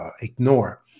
ignore